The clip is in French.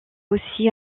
aussi